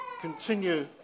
continue